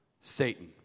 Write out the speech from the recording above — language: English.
Satan